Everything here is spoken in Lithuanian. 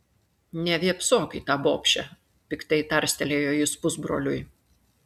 nevėpsok į tą bobšę piktai tarstelėjo jis pusbroliui